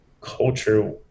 culture